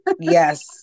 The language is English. Yes